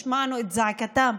השמענו את זעקתם,